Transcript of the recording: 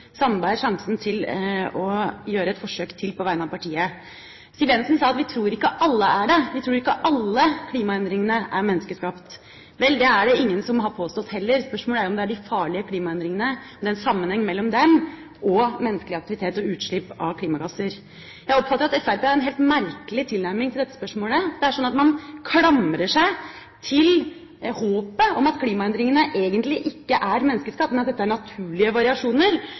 Sandberg sjansen til å gjøre et forsøk til på vegne av partiet. Siv Jensen sa at vi tror ikke alle er det, vi tror ikke alle klimaendringene er menneskeskapte. Vel, det er det heller ingen som har påstått. Spørsmålet er om det er en sammenheng mellom de farlige klimaendringene og menneskelig aktivitet og utslipp av klimagasser. Jeg oppfatter at Fremskrittspartiet har en helt merkelig tilnærming til dette spørsmålet. Det er sånn at man klamrer seg til håpet om at klimaendringene egentlig ikke er menneskeskapte, men at dette er naturlige variasjoner,